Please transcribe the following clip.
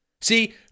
See